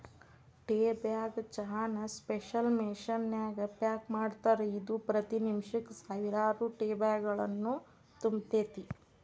tea bag ಚಹಾನ special machine ನ್ಯಾಗ pack ಮಾಡ್ತಾರ, ಇದು ಪ್ರತಿ ನಿಮಿಷಕ್ಕ ಸಾವಿರಾರು ಟೇಬ್ಯಾಗ್ಗಳನ್ನು ತುಂಬತೇತಿ